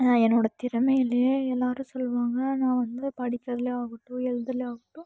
நான் என்னோடய திறமைலேயே எல்லோரும் சொல்லுவாங்க நான் வந்து படிக்கிறதில் ஆகட்டும் எழுதுறதில் ஆகட்டும்